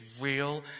real